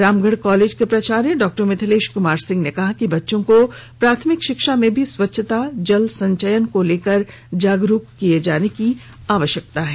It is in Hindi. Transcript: रामगढ़ कॉलेज के प्रचार्य डा मिथिलेश कृमार सिंह ने कहा कि बच्चों को प्राथमिक शिक्षा में भी स्वच्छता जल संचयन को लेकर जागरुक किए जाने की जरूरत है